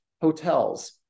hotels